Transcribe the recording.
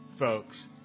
folks